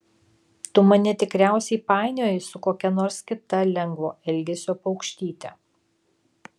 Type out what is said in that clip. tu mane tikriausiai painioji su kokia nors kita lengvo elgesio paukštyte